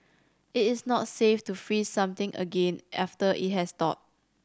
it is not safe to freeze something again after it has thawed